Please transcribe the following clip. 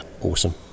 awesome